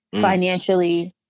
financially